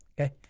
Okay